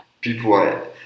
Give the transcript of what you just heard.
people